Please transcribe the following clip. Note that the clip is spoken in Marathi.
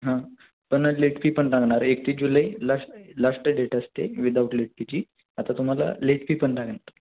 हां पण लेट फी पण लागणार एकतीस जुलै लाष्ट लास्ट डेट असते विदाउट लेट फीची आता तुम्हाला लेट फी पण लागणार